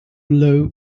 blow